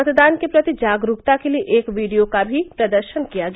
मतदान के प्रति जागरूकता के लिए एक वीडियो का भी प्रदर्शन किया गया